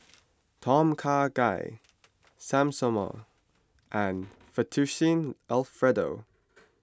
Tom Kha Gai Samosa and Fettuccine Alfredo